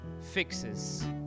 fixes